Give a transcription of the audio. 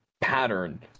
pattern